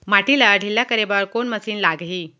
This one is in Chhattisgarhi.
माटी ला ढिल्ला करे बर कोन मशीन लागही?